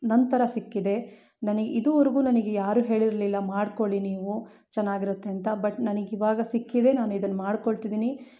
ನಂತರ ಸಿಕ್ಕಿದೆ ನನ್ಗೆ ಇದುವರ್ಗು ನನ್ಗೆ ಯಾರು ಹೇಳಿರಲಿಲ್ಲ ಮಾಡ್ಕೊಳ್ಳಿ ನೀವು ಚೆನ್ನಾಗಿರುತ್ತೆ ಅಂತ ಬಟ್ ನನ್ಗೆ ಇವಾಗ ಸಿಕ್ಕಿದೆ ನಾನು ಇದನ್ನು ಮಾಡಿಕೊಳ್ತಿದಿನಿ